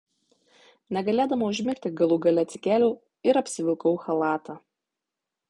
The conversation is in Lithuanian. negalėdama užmigti galų gale atsikėliau ir apsivilkau chalatą